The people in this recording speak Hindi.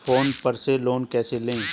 फोन पर से लोन कैसे लें?